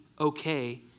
okay